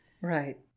Right